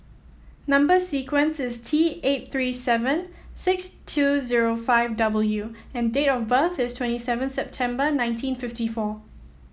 number sequence is T eight three seven six two zero five W and date of birth is twenty seven September nineteen fifty four